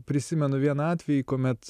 prisimenu vieną atvejį kuomet